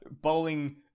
Bowling